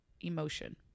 emotion